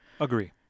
Agree